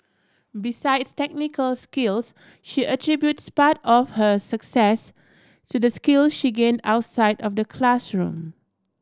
besides technical skills she attributes part of her success to the skills she gain outside of the classroom